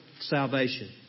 salvation